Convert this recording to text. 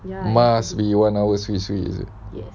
must be one hour swee swee is it